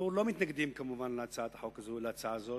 אנחנו כמובן לא מתנגדים להצעה הזאת,